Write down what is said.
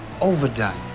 overdone